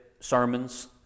sermons